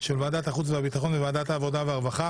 של ועדת החוץ והביטחון וועדת העבודה והרווחה